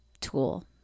tool